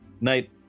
Night